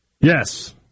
Yes